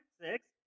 six